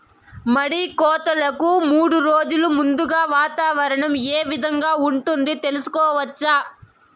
మడి కోతలకు మూడు రోజులు ముందుగా వాతావరణం ఏ విధంగా ఉంటుంది, తెలుసుకోవచ్చా?